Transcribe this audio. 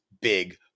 big